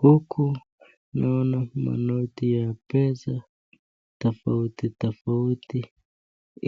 Huku naona manoti ya pesa tofauti tofauti